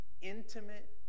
intimate